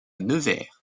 nevers